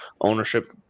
ownership